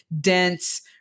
dense